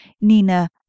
Nina